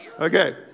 Okay